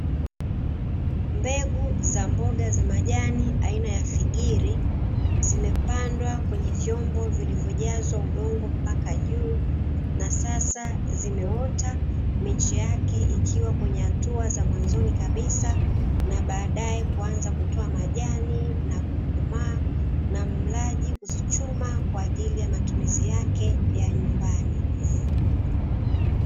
Mbegu za mboga za majani aina ya figiri zimepandwa kwenye vyombo vilivyojazwa udongo mpaka juu, na sasa zimeota miche yake ikiwa kwenye hatua za mwanzoni kabisa na baadae kuanza kutoa majani na kukomaa na mlaji kuzichuma kwa ajili ya matumizi yake ya nyumbani.